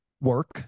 work